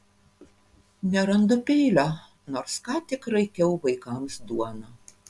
nerandu peilio nors ką tik raikiau vaikams duoną